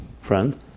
friend